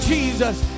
Jesus